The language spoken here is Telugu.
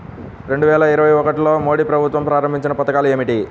రెండు వేల ఇరవై ఒకటిలో మోడీ ప్రభుత్వం ప్రారంభించిన పథకాలు ఏమిటీ?